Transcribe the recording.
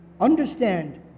understand